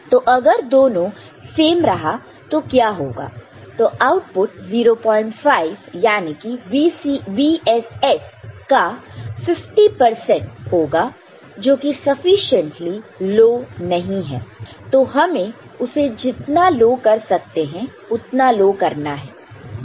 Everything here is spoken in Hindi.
तो अगर दोनों सेम रहा तो क्या होगा तो आउटपुट 05 याने की VSS का 50 होगा जो कि सफिशिएंटली लो नहीं है तो हमें उसे जितना लो कर सकते हैं उतना लो करना है